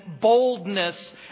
boldness